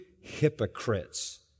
hypocrites